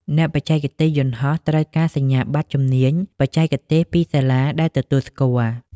អ្នកបច្ចេកទេសយន្តហោះត្រូវការសញ្ញាបត្រជំនាញបច្ចេកទេសពីសាលាដែលទទួលស្គាល់។